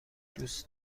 دوست